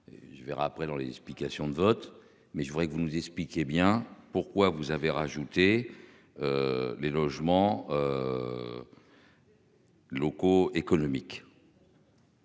je verrai après dans les explications de vote, mais je voudrais que vous nous expliquez bien pourquoi vous avez rajouté. Les logements. Locaux économique.